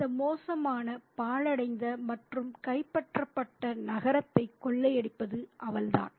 இந்த மோசமான பாழடைந்த மற்றும் கைப்பற்றப்பட்ட நகரத்தை கொள்ளையடிப்பது அவள்தான்